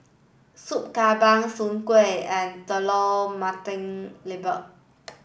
Soup Kambing Soon Kway and Telur Mata Lembu